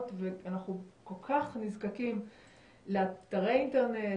ואנחנו כל כך נזקקים לאתרי אינטרנט,